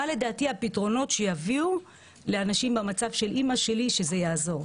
מה לדעתי הפתרונות שיביאו לאנשים במצב של אימא שלי שזה יעזור.